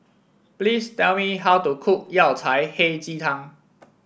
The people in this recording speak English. please tell me how to cook Yao Cai Hei Ji Tang